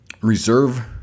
reserve